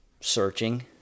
searching